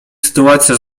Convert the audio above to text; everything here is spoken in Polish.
sytuacja